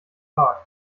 tal